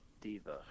diva